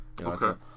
Okay